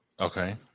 Okay